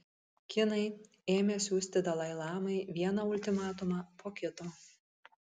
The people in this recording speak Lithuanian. kinai ėmė siųsti dalai lamai vieną ultimatumą po kito